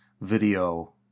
video